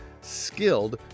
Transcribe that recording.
skilled